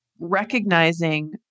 recognizing